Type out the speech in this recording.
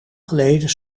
geleden